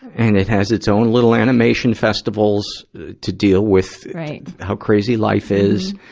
and it has its own little animation festivals to deal with how crazy life is,